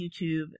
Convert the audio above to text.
YouTube